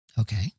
Okay